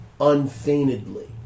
unfeignedly